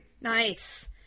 Nice